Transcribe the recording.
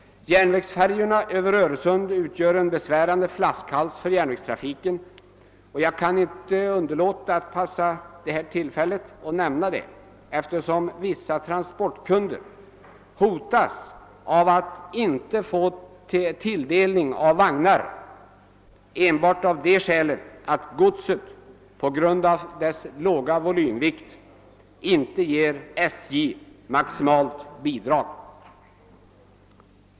Järn vägsfärjorna över Öresund utgör en besvärande flaskhals för järnvägstrafiken. Jag kan inte underlåta att passa på tillfället att nämna detta, eftersom vissa transportkunder hotas av att inte få tilldelning av vagnar enbart av det skälet att godset på grund av sin låga volymvikt inte ger SJ maximalt bidrag.